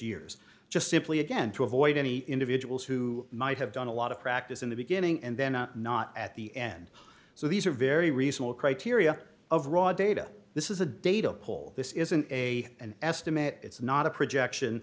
years just simply again to avoid any individuals who might have done a lot of practice in the beginning and then not at the end so these are very reasonable criteria of raw data this is a data poll this isn't a a an estimate it's not a projection